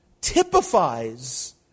typifies